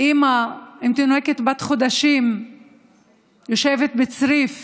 אימא עם תינוקת בת חודשיים יושבת בצריף